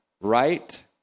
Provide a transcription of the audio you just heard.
right